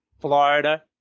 Florida